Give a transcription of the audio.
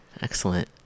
Excellent